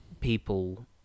people